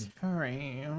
Sorry